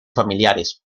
familiares